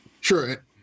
Sure